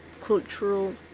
cultural